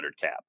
cap